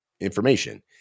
information